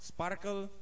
Sparkle